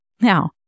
now